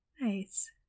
Nice